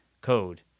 Code